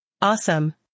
Awesome